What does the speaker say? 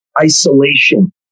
isolation